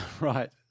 Right